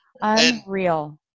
unreal